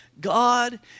God